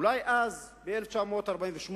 אולי אז, ב-1948,